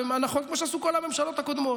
נכון, כמו שעשו כל הממשלות הקודמות.